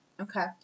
Okay